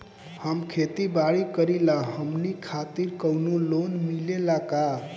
हम खेती बारी करिला हमनि खातिर कउनो लोन मिले ला का?